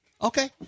Okay